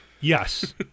Yes